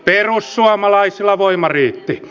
perussuomalaisilla voima riitti